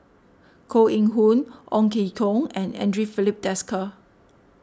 Koh Eng Hoon Ong Ke Kung and andre Filipe Desker